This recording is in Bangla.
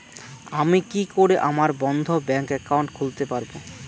আমি কি করে আমার বন্ধ ব্যাংক একাউন্ট খুলতে পারবো?